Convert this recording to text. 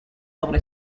sobre